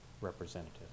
representative